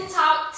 talk